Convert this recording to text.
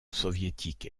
soviétique